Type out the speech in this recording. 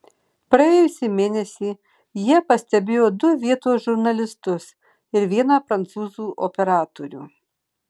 praėjusį mėnesį jie pastebėjo du vietos žurnalistus ir vieną prancūzų operatorių